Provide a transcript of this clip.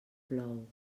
plou